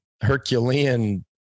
herculean